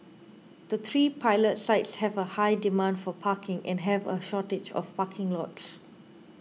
the three pilot sites have a high demand for parking and have a shortage of parking lots